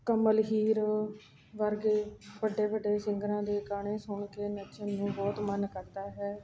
ਕਮਲ ਹੀਰ ਵਰਗੇ ਵੱਡੇ ਵੱਡੇ ਸਿੰਗਰਾਂ ਦੇ ਗਾਣੇ ਸੁਣ ਕੇ ਨੱਚਣ ਨੂੰ ਬਹੁਤ ਮਨ ਕਰਦਾ ਹੈ